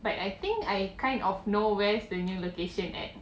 but I think I kind of know where's the new location at